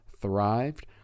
thrived